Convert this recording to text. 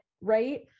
right